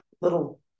little